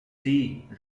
see